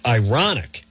ironic